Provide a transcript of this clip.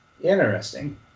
Interesting